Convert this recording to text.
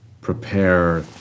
prepare